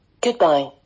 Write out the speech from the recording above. Goodbye